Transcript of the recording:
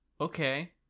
Okay